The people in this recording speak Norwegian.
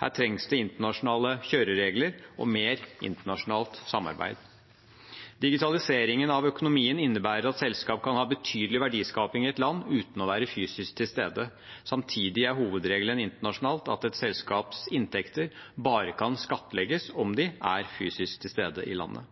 Her trengs det internasjonale kjøreregler og mer internasjonalt samarbeid. Digitaliseringen av økonomien innebærer at selskap kan ha betydelig verdiskaping i et land uten å være fysisk til stede. Samtidig er hovedregelen internasjonalt at et selskaps inntekter bare kan skattlegges om selskapet er fysisk til stede i landet.